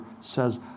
says